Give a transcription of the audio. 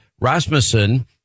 Rasmussen